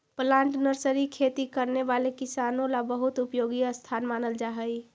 plant nursery खेती करने वाले किसानों ला बहुत उपयोगी स्थान मानल जा हई